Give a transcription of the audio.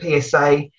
PSA